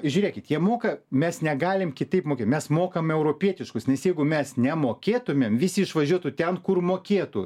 žiūrėkit jie moka mes negalim kitaip mokėt mes mokame europietiškus nes jeigu mes nemokėtumėm visi išvažiuotų ten kur mokėtų